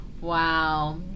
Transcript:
Wow